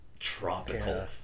Tropical